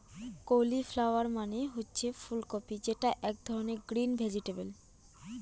cauliflower মানে হচ্ছে ফুল কপি যেটা এক ধরনের গ্রিন ভেজিটেবল